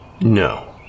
No